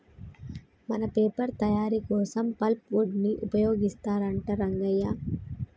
మన పేపర్ తయారీ కోసం పల్ప్ వుడ్ ని ఉపయోగిస్తారంట రంగయ్య